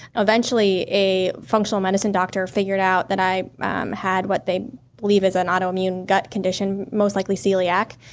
eventually a functional medicine doctor figured out that i had what they believe is an autoimmune gut condition, most likely celiac,